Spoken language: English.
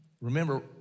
Remember